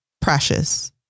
Precious